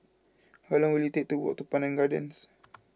how long will it take to walk to Pandan Gardens